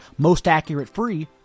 MostAccurateFree